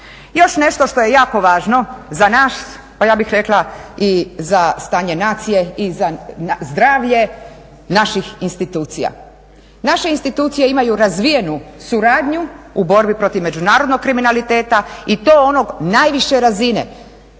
Još nešto što je jako važno za nas, a ja bih rekla i za stanje nacije i za zdravlje naših institucija. Naše institucije imaju razvijenu suradnju u borbi protiv međunarodnog kriminaliteta i to onog najviše razine.